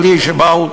אבל מהציבור הכללי,